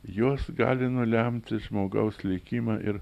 jos gali nulemti žmogaus likimą ir